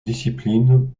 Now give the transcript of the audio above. discipline